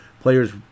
players